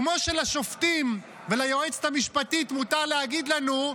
כמו שלשופטים וליועצת המשפטית מותר להגיד לנו: